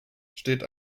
steht